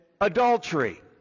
adultery